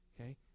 okay